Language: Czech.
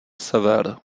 sever